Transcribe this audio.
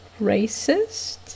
racist